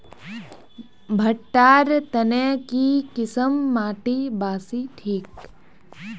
भुट्टा र तने की किसम माटी बासी ठिक?